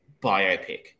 biopic